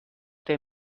der